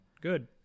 Good